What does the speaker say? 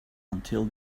until